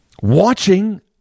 watching